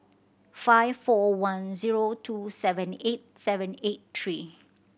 five four one zero two seven eight seven eight three